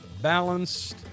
balanced